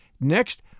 Next